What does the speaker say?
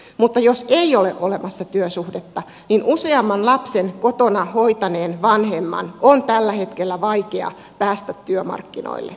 mutta jos ei ole olemassa työsuhdetta niin useamman lapsen kotona hoitaneen vanhemman on tällä hetkellä vaikea päästä työmarkkinoille